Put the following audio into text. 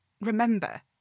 remember